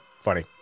funny